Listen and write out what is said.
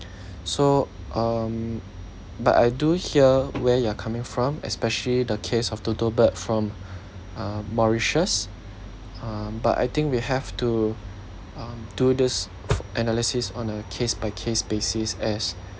so um but I do hear where you're coming from especially the case of dodo bird from uh mauritius uh but I think we have to um do this analysis on a case by case basis as